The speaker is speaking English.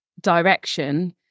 direction